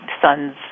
sons